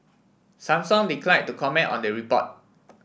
Samsung declined to comment on the report